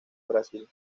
brasil